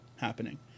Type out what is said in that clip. happening